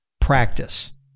practice